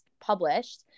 published